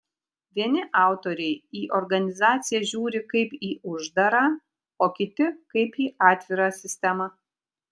vieni autoriai į organizaciją žiūri kaip į uždarą o kiti kaip į atvirą sistemą